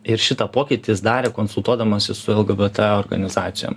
ir šitą pokytį jis darė konsultuodamasis su lgbt organizacijom